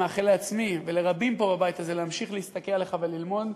מאחל לעצמי ולרבים פה בבית הזה להמשיך להסתכל עליך וללמוד.